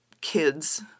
kids